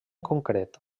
concret